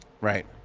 Right